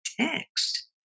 text